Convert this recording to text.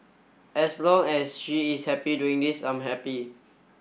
as long as she is happy doing this I'm happy